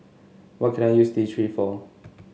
what can I use T Three for